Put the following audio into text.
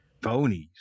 phonies